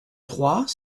trois